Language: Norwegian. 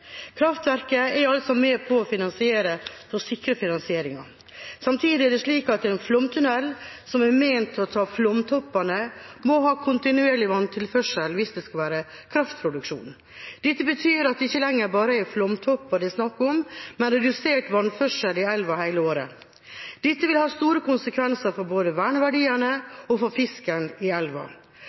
Kraftverket er altså med på å sikre finansieringen. Samtidig er det slik at en flomtunnel, som er ment å ta flomtoppene, må ha kontinuerlig vannføring hvis det skal være kraftproduksjon. Dette betyr at det ikke lenger bare er flomtopper det er snakk om, men redusert vannføring i elva hele året. Dette vil ha store konsekvenser både for verneverdiene og for fisken i elva.